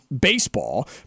baseball